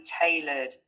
tailored